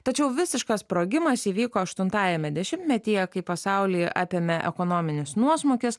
tačiau visiškas sprogimas įvyko aštuntajame dešimtmetyje kai pasaulyje apėmė ekonominis nuosmukis